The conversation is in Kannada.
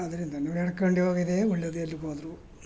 ಅದರಿಂದ ನಡ್ಕೊಂಡು ಹೋಗಿದ್ದೇ ಒಳ್ಳೆಯದು ಎಲ್ಲಿಗೆ ಹೋದ್ರೂ